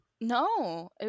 No